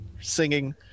singing